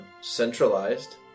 centralized